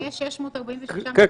אם יש 646 מבנים --- כן,